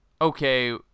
okay